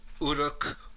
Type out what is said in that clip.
Uruk